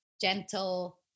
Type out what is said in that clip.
gentle